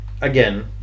Again